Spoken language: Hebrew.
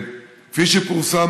כפי שפורסם,